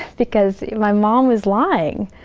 because my mom was lying!